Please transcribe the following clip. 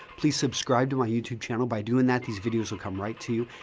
please subscribe to my youtube channel. by doing that, these videos will come right to you.